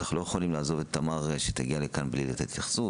אנחנו לא יכולים לעזוב את תמר שתגיע לכאן בלי שתיתן התייחסות.